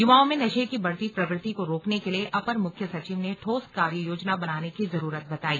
युवाओं में नशे की बढ़ती प्रवृत्ति को रोकने के लिए अपर मुख्य सचिव ने ठोस कार्य योजना बनाने की जरूरत बताई